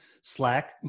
Slack